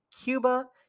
Cuba